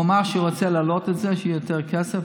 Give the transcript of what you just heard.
הוא אמר שהוא רוצה להעלות את זה כדי שיהיה יותר כסף,